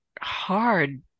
hard